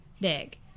dig